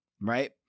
Right